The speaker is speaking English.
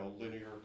linear